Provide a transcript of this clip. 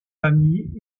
famille